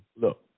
Look